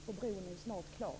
Bron är ju snart klar.